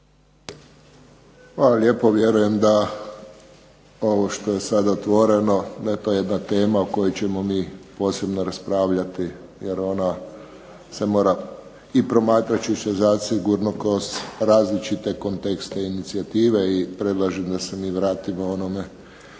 lijepo. Vjerujem da ovo što je sad otvoreno da je to jedna tema o kojoj ćemo mi posebno raspravljati, jer ona se mora i …/Govornik se ne razumije./… zasigurno kroz različite kontekste inicijative i predlažem da se mi vratimo onome